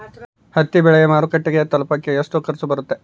ಹತ್ತಿ ಬೆಳೆ ಮಾರುಕಟ್ಟೆಗೆ ತಲುಪಕೆ ಎಷ್ಟು ಖರ್ಚು ಬರುತ್ತೆ?